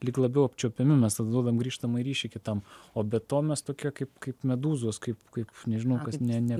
lyg labiau apčiuopiami mes tada duodam grįžtamąjį ryšį kitam o be to mes tokie kaip kaip medūzos kaip kaip nežinau kas ne